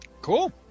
Cool